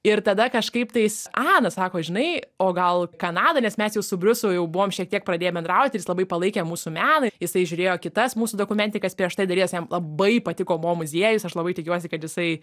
ir tada kažkaip tais ana sako žinai o gal kanadoj nes mes jau su briusu jau buvom šiek tiek pradėję bendrauti ir jis labai palaikė mūsų meną jisai žiūrėjo kitas mūsų dokumentikas prieš tai darytas jam labai patiko mo muziejus aš labai tikiuosi kad jisai